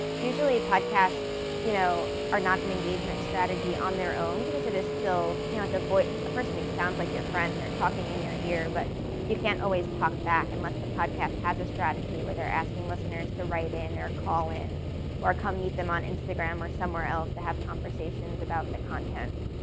usually podcasts you know are not an engagement strategy on their own because it is still you know ah a person who sounds like your friend, they're talking in your ear, but you can't always talk back unless the podcast has a strategy where they're asking listeners to write in or call in or come meet them on instagram or somewhere else to have conversations about the content.